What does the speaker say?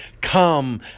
come